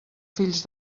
fills